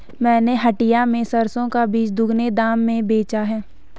मैंने हटिया में सरसों का बीज दोगुने दाम में बेचा है